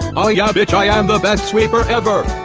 ah yeah, bitch. i am the best sweeper ever!